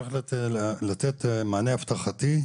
צריך לתת מענה אבטחתי.